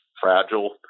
fragile